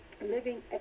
Living